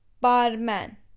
barman